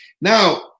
Now